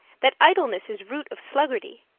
that idleness is root of sluggardy,